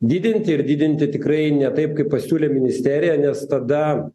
didinti ir didinti tikrai ne taip kaip pasiūlė ministerija nes tada